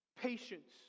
patience